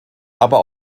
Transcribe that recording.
aber